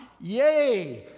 Yay